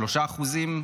3%?